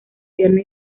pierna